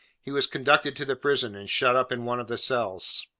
he was conducted to the prison, and shut up in one of the cells.